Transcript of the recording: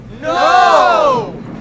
No